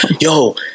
yo